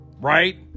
Right